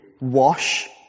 wash